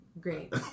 Great